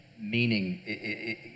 meaning